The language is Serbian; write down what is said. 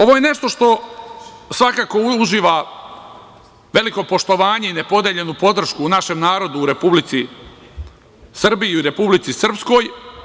Ovo je nešto što svakako uživa veliko poštovanje i nepodeljenu podršku u našem narodu u Republici Srbiji i u Republici Srpskoj.